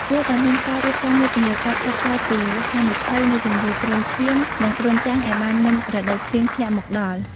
គួរតែមានការរៀបចំយុទ្ធនាការផ្សព្វផ្សាយពីហានិភ័យនៃជំងឺគ្រុនឈាម និងគ្រុនចាញ់ឲ្យបានមុនរដូវភ្លៀងធ្លាក់មកដល់។